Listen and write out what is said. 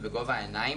בגובה העיניים,